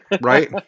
right